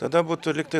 tada būtų lygtai